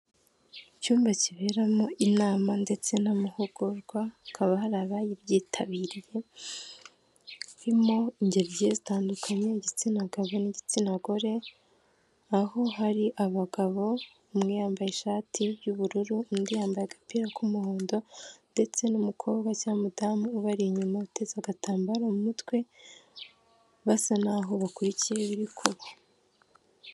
Icyumba kiberamo inama ndetse n'amahugurwa akaba hari ababyitabiriye, harimo ingeri zigiye zitandukanye igitsina gabo n'igitsina gore, aho hari abagabo umwe yambaye ishati y'ubururu, undi yambaye agapira k'umuhondo ndetse n'umukobwa cyangwa umudamu ubari inyuma uteze agatambaro mu mutwe, basa naho bakurikiye biri kuba.